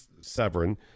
Severin